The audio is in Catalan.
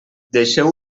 deixeu